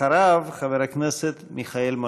אחריו, חבר הכנסת מיכאל מלכיאלי.